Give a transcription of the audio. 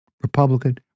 Republican